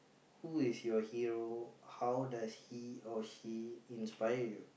who is your hero how does he or she inspire you